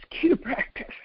Q-Practice